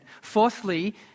Fourthly